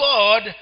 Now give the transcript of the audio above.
God